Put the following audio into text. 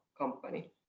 company